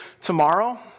tomorrow